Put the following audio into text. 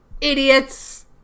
Idiots